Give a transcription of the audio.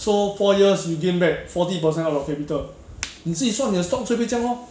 so four years you gain back forty percent out of capital 你自己算你的 stock check 会不会这样 lor